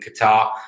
Qatar